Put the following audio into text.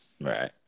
Right